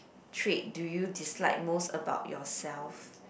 trait do you dislike most about yourself